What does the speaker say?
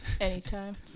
Anytime